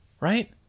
right